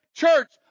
Church